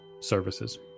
services